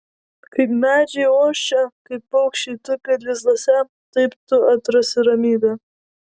kaip medžiai ošia kaip paukščiai tupi lizduose taip tu atrasi ramybę